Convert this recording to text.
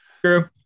true